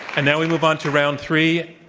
and now we move on to round three.